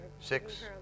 Six